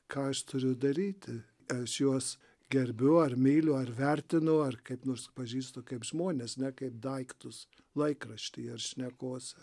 ką jis turi daryti aš juos gerbiu ar myliu ar vertinu ar kaip nors pažįstu kaip žmones ne kaip daiktus laikrašty ar šnekose